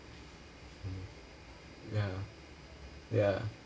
mm ya ya